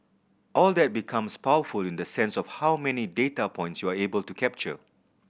all that becomes powerful in the sense of how many data points you are able to capture